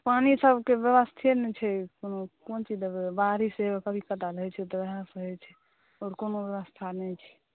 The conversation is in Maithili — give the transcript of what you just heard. पानि सभकेँ व्यवस्थे नहि छै कोनो चीज देबै बारिशके किछु पता नहि छै ओकर कोनो व्यवस्था नहि छै